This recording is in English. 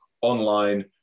online